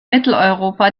mitteleuropa